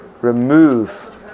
remove